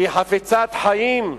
שהיא חפצת חיים,